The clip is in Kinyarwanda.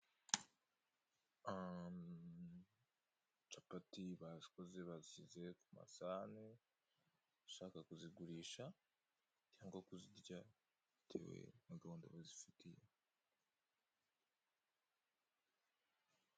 Capati bazikoze bazishyize ku masahani, bashaka kuzigurisha cyangwa kuzirya bitewe na gahunda bazifitiye.